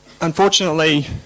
unfortunately